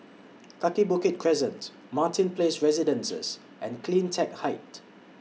Kaki Bukit Crescent Martin Place Residences and CleanTech Height